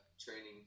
training